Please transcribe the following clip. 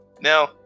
Now